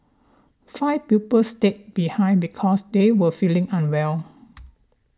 five pupils stayed behind because they were feeling unwell